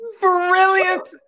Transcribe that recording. Brilliant